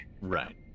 right